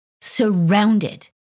surrounded